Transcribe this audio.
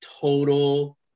total